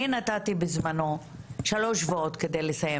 אני נתתי בזמנו שלושה שבועות כדי לסיים